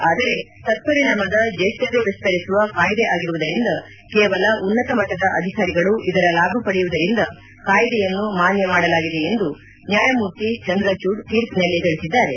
ಆದರೆ ತಕ್ಷರಿಣಾಮದ ಜೇಷ್ಠತೆ ವಿಸ್ತರಿಸುವ ಕಾಯ್ದೆ ಆಗಿರುವುದರಿಂದ ಕೇವಲ ಉನ್ನತ ಮಟ್ಟದ ಅಧಿಕಾರಿಗಳು ಇದರ ಲಾಭ ಪಡೆಯುವುದರಿಂದ ಕಾಯ್ದೆಯನ್ನು ಮಾನ್ಯ ಮಾಡಲಾಗಿದೆ ಎಂದು ನ್ಯಾಯಮೂರ್ತಿ ಚಂದ್ರಚೂಡ್ ತೀರ್ಷಿನಲ್ಲಿ ತಿಳಿಸಿದ್ದಾರೆ